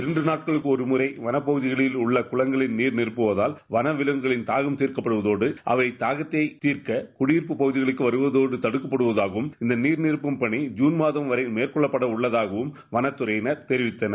இரண்டு நாட்களுக்கு ஒருமுறை வனப்பகுதிகளில் உள்ள குளங்களில் நீர்நிரப்ப்பட்டு வன விலங்குகளின் தாகம் தீர்க்கப்படுவதோடு அவை குடியிருப்பு பகுதிகளுக்கு வருவது தடுக்கப்படுவதாகவம் இந்த நீர் நிரப்பும் பணி ஜுன் மாதம் வரை மேற்கொள்ளப்படவுள்ளதாகவும் வனத்துறையினர் தெரிவித்துள்ளனர்